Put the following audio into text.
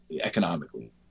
economically